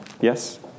Yes